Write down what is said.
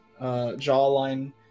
jawline